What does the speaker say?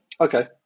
okay